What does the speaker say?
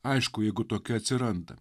aišku jeigu tokia atsiranda